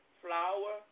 flour